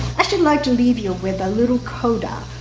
i should like to leave you with a little coda,